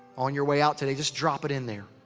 on your way out today, just drop it in there.